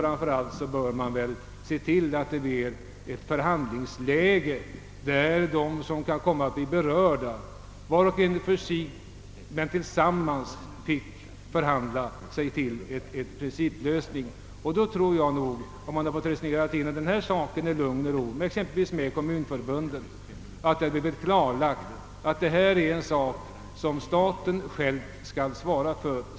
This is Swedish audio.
Framför allt borde vi väl sett till att det varit möjligt för dem som berörs att vara med och förhandla sig fram till en principlösning. Hade man resonerat igenom denna sak i lugn och ro exempelvis med kommunförbunden, hade det säkert blivit klarlagt att detta är en sak som staten själv skall svara för.